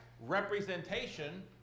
representation